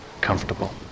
comfortable